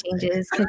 changes